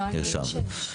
נרשם.